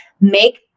make